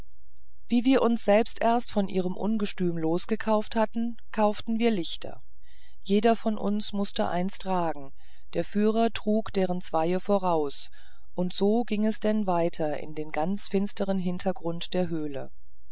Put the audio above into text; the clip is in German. wie wir uns selbst erst von ihrem ungestüm losgekauft hatten kauften wir lichter jeder von uns mußte eins tragen der führer trug deren zwei voraus und so ging es denn weiter in den ganz finsteren hintergrund der höhle